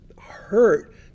hurt